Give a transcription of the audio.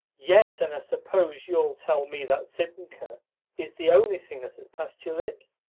yes, and i suppose you'll tell me that sivnkha is the only thing that has passed your lips?